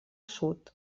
sud